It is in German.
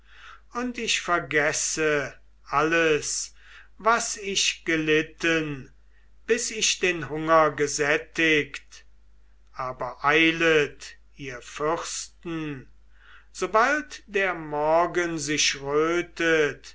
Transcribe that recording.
und ich vergesse alles was ich gelitten bis ich den hunger gesättigt aber eilet ihr fürsten sobald der morgen sich